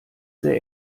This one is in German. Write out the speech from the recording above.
sehr